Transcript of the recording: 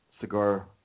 cigar